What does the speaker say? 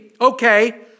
Okay